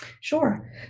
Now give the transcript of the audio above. Sure